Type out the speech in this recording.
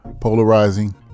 polarizing